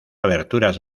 aberturas